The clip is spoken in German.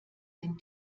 den